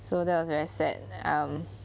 so that was very sad um